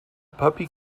puppy